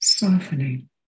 softening